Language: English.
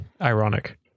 ironic